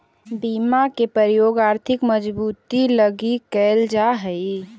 बीमा के प्रयोग आर्थिक मजबूती लगी कैल जा हई